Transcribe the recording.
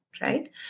right